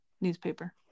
newspaper